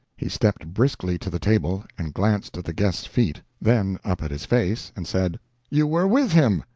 he stepped briskly to the table and glanced at the guest's feet, then up at his face, and said you were with him!